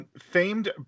famed